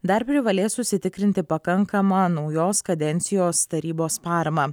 dar privalės užsitikrinti pakankamą naujos kadencijos tarybos paramą